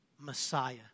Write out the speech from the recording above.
Messiah